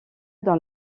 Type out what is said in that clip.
dans